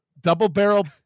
double-barrel